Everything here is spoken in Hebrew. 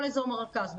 כל אזור מרכז,